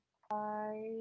Hi